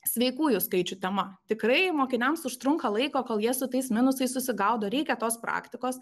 sveikųjų skaičių tema tikrai mokiniams užtrunka laiko kol jie su tais minusais susigaudo reikia tos praktikos